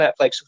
Netflix